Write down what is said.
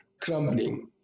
crumbling